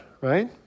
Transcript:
right